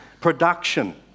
production